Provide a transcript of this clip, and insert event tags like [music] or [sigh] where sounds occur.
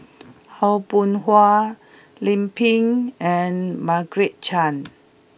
Aw Boon Haw Lim Pin and Margaret Chan [noise]